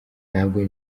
ntabwo